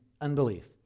unbelief